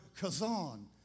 kazan